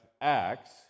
Acts